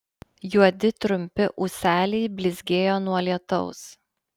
juodi trumpi ūseliai blizgėjo nuo lietaus